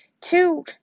Two